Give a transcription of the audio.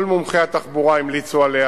כל מומחי התחבורה המליצו עליה,